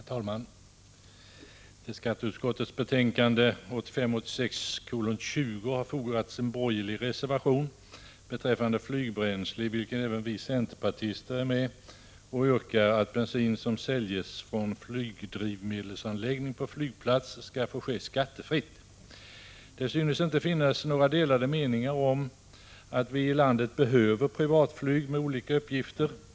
Herr talman! Till skatteutskottets betänkande 1985/86:20 har fogats en borgerlig reservation beträffande flygbränsle, i vilken även vi centerpartister är med och yrkar att bensin som säljs från flygdrivmedelsanläggning på flygplats skall få ske skattefritt. Det synes inte finnas några delade meningar om att vi i landet behöver privatflyg med olika uppgifter.